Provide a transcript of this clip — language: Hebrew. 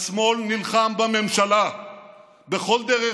השמאל נלחם בממשלה בכל דרך,